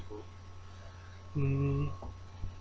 mm